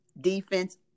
Defense